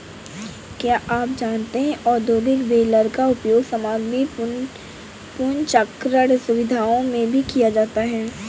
क्या आप जानते है औद्योगिक बेलर का उपयोग सामग्री पुनर्चक्रण सुविधाओं में भी किया जाता है?